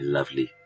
Lovely